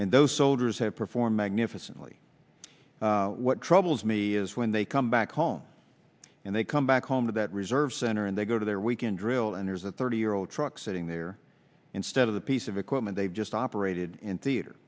and those soldiers have performed magnificently what troubles me is when they come back home and they come back home to that reserve center and they go to their weekend drill and there's a thirty year old truck sitting there instead of the piece of equipment they've just operated in theater